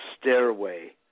stairway